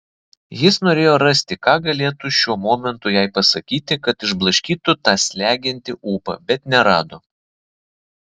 jis norėjo rasti ką galėtų šiuo momentu jai pasakyti kad išblaškytų tą slegiantį ūpą bet nerado